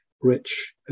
rich